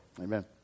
Amen